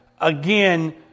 again